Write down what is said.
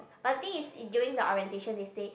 but the thing is during the orientation is they